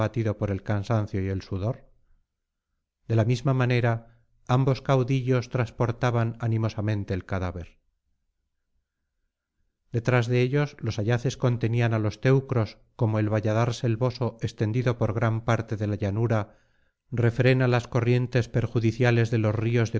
por el cansancio y el sudor de la misma manera ambos caudillos trasportaban animosamente el cadáver detrás de ellos los ayaces contenían á los teucros como el valladar selvoso extendido por gran parte de la llanura refrena las corrientes perjudiciales de los ríos de